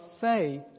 faith